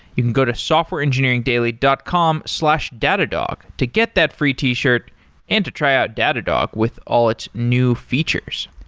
you can go to softwareengineeringdaily dot com slash datadog to get that free t-shirt and to try out datadog with all its new features.